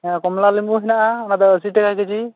ᱦᱮᱸ ᱠᱚᱢᱞᱟ ᱞᱮᱵᱩ ᱦᱚᱸ ᱦᱮᱱᱟᱜᱼᱟ ᱚᱱᱟ ᱫᱚ ᱟᱥᱤ ᱴᱟᱠᱟ ᱠᱮᱡᱤ